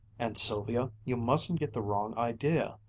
and, sylvia, you mustn't get the wrong idea.